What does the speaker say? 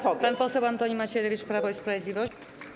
Pan poseł Antoni Macierewicz, Prawo i Sprawiedliwość.